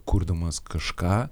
kurdamas kažką